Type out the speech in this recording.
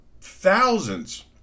thousands